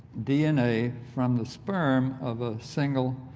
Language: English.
dna from the sperm of a single